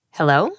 Hello